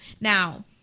Now